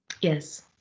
yes